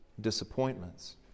disappointments